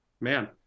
man